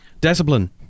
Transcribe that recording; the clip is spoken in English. discipline